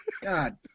God